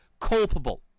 culpable